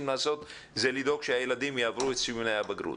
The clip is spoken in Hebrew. לעשות זה לדאוג שהילדים יעברו את ציוני הבגרות.